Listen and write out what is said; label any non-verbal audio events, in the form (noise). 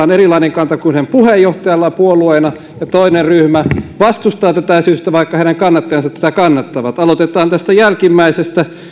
(unintelligible) on puolueena erilainen kanta kuin heidän puheenjohtajallaan ja toinen ryhmä vastustaa tätä esitystä vaikka heidän kannattajansa tätä kannattavat aloitetaan jälkimmäisestä